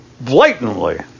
blatantly